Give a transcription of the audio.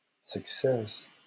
success